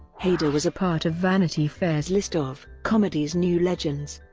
hader was a part of vanity fairs list of comedy's new legends.